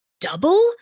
double